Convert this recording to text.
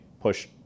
push